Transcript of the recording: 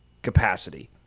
capacity